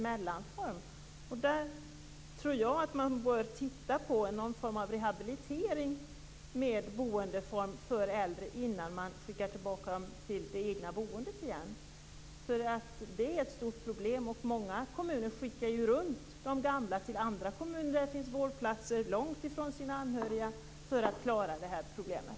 Jag tror att man bör titta närmare på någon form av rehabilitering, med boendeform för äldre, innan man skickar tillbaka dem till det egna boendet igen. Det är ett stort problem. Många kommuner skickar runt de gamla till andra kommuner där det finns vårdplatser, långt från deras anhöriga, för att klara det här problemet.